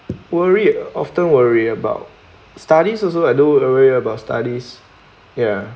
worry often worry about studies also I do worry about studies ya